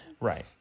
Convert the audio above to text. Right